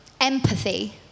Empathy